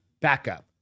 Backup